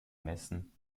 messen